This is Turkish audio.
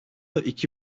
iki